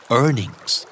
earnings